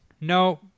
No